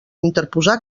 interposar